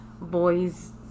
boys